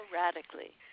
radically